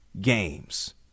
games